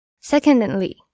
Secondly